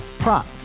Prop